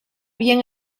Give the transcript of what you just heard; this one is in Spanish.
bien